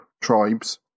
tribes